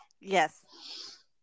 Yes